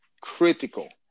critical